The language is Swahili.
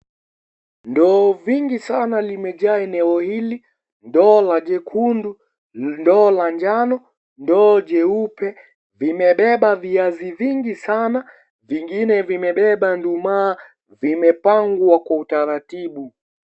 Ndoo vingi sana limejaa sana eneo hili. Ndoo la jekundu, ndoo la njano, ndoo jeupe, vimebeba viazi vingi sana, vingine vimebeba nduma , vimepangwa kwa utaratibu.